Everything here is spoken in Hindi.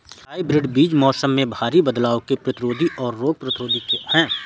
हाइब्रिड बीज मौसम में भारी बदलाव के प्रतिरोधी और रोग प्रतिरोधी हैं